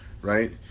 right